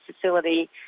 facility